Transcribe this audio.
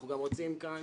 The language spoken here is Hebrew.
אנחנו רוצים לומר